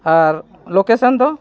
ᱟᱨ location ᱫᱚ